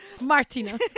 Martina